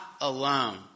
alone